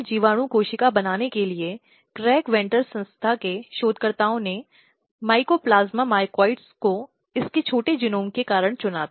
चार प्रकार की हिंसा हो सकती है इसकी बात की जा सकती है